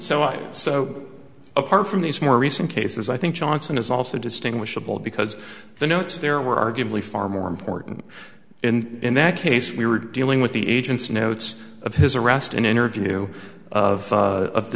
much so apart from these more recent cases i think johnson is also distinguishable because the notes there were arguably far more important and in that case we were dealing with the agent's notes of his arrest and interview of